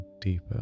deeper